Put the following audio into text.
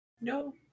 No